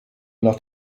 nach